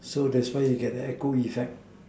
so that's why you get the echo effect